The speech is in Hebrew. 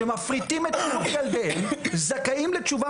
שמפריטים את חינוך ילדיהם זכאים לתשובה